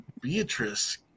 Beatrice